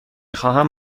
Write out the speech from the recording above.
خواهم